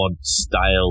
style